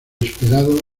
esperado